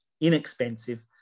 inexpensive